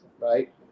right